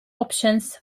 options